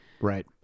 Right